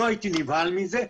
לא הייתי נבהל מזה.